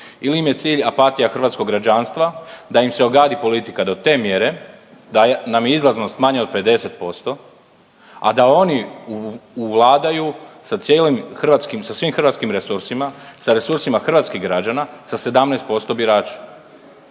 ili im je cilj apatija hrvatskog građanstva da im se ogadi politika to te mjere da nam je izlaznost manja od 50%, a da oni uvladaju sa cijelim hrvatskim, sa svim hrvatskim resursima, sa resursima hrvatskih građana sa 17% birača.